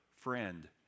friend